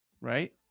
right